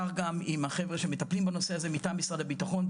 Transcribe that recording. כך גם עם החבר'ה שמטפלים בנושא זה מטעם משרד הביטחון,